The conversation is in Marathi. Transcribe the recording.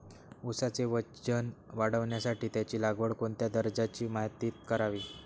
ऊसाचे वजन वाढवण्यासाठी त्याची लागवड कोणत्या दर्जाच्या मातीत करावी?